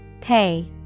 Pay